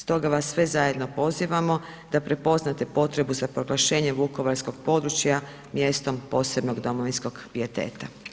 Stoga vas sve zajedno pozivamo da prepoznate potrebu za proglašenje vukovarskog područja mjestom posebnog domovinskog pijeteta.